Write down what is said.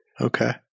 okay